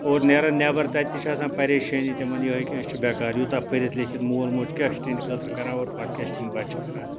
اور نیران نٮ۪بَر تَتہِ تہِ چھِ آسان پریشٲنی تِمَن یِہٕے کہِ أسۍ چھِ بیکار یوٗتاہ پٔرِتھ لیکھِتھ مول موج کیٛاہ چھُ تِہِنٛدِ خٲطرٕ کَران اور پَتہٕ کیٛاہ چھِ تِم بَچہِ کَران